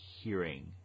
hearing